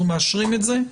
אנחנו מאשרים את זה.